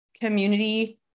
community